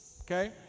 okay